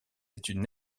études